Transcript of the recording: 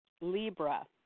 Libra